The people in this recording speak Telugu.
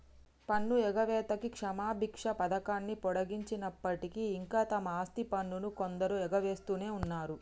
పన్ను ఎగవేతకి క్షమబిచ్చ పథకాన్ని పొడిగించినప్పటికీ ఇంకా తమ ఆస్తి పన్నును కొందరు ఎగవేస్తునే ఉన్నరు